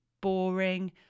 boring